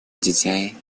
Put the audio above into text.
детей